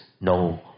no